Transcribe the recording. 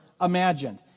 imagined